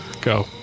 Go